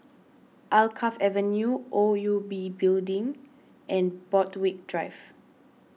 Alkaff Avenue O U B Building and Borthwick Drive